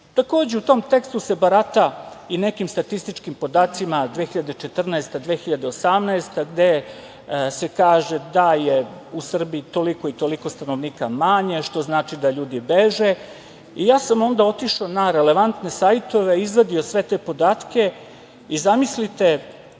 Srbiju. Takođe, u tom tekstu se barata i nekim statističkim podacima, 2014, 2018. godina gde se kaže da je u Srbiji toliko i toliko stanovnika manje, što znači da ljudi beže i onda sam otišao na relevantne sajtove i izvadio sve te podatke. Zamislite,